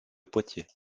poitiers